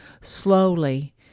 slowly